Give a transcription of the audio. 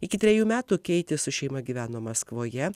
iki trejų metų keiti su šeima gyveno maskvoje